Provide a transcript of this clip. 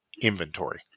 inventory